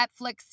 Netflix